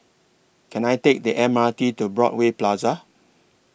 Can I Take The M R T to Broadway Plaza